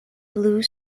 blue